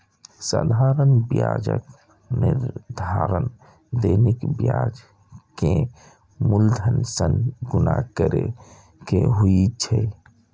साधारण ब्याजक निर्धारण दैनिक ब्याज कें मूलधन सं गुणा कैर के होइ छै